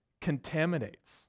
contaminates